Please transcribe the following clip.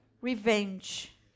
revenge